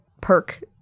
perk